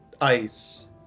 ice